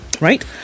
right